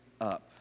up